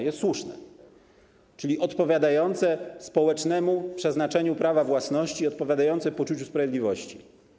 Jest słuszne, czyli odpowiadające społecznemu przeznaczeniu prawa własności i odpowiadające poczuciu sprawiedliwości.